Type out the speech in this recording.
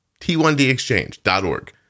T1dexchange.org